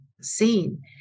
seen